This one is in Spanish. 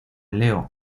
leo